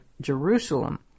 Jerusalem